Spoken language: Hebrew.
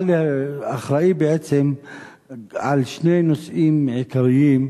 אחראי בעצם על שני נושאים עיקריים,